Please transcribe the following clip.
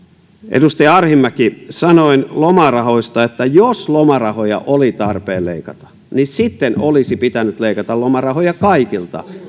edustaja arhinmäki sanoin lomarahoista että jos lomarahoja oli tarpeen leikata niin sitten olisi pitänyt leikata lomarahoja kaikilta